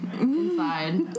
inside